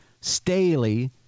Staley